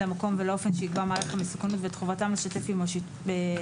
למקום ולאופן שיקבע מעריך המסוכנות ואת חובתם לשתף עימו פעולה,